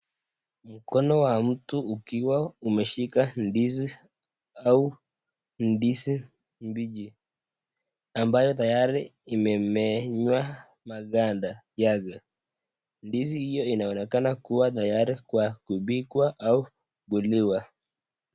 Mkono wa mtu ukiwa umeshika ndizi au ndizi mbichi ambayo tayari imemenywa maganda yake. Ndizi hiyo inaonekana kuwa tayari kwa kupigwa au kuliwa.